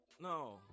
no